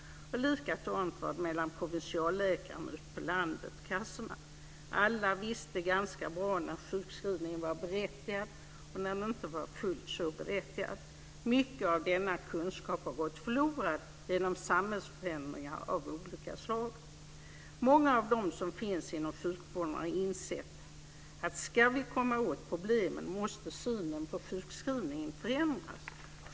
Likadant var det mellan provinsialläkarna ute på landet och kassorna. Alla visste ganska bra när sjukskrivningen var berättigad och när det inte var fullt så berättigad. Mycket av denna kunskap har gått förlorad genom samhällsförändringar av olika slag. Många av dem som finns inom sjukvården har insett att om vi ska komma åt problemen måste synen på sjukskrivningen förändras.